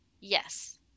Yes